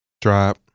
drop